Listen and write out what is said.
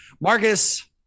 Marcus